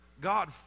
God